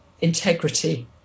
integrity